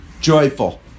joyful